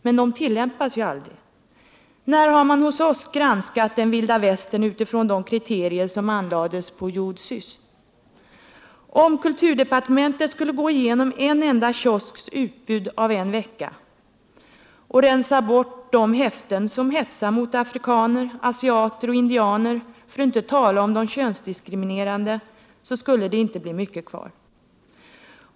Men de tillämpas ju aldrig! När har man hos oss granskat en vilda västern utifrån de kriterier som anlades på ”Jud Säss'? Om kulturdepartementet skulle gå igenom en enda kiosks utbud en vecka och rensa bort de häften som hetsar mot afrikaner, asiater och indianer — för att inte tala om de könsdiskriminerande — skulle mycket litet bli kvar.